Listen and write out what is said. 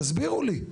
תסבירו לי.